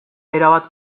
erabat